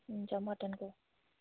हुन्छ मटनको